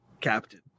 Captain